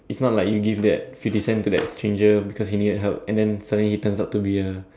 if not like you give that fifty cent to that changer because he needed help and then suddenly he turns out to be a